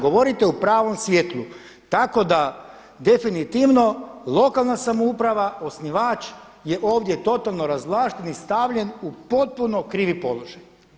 Govorite u pravom svjetlu tako da definitivno lokalna samouprava, osnivač je ovdje totalno razvlašten i stavljen u totalno krivi položaj.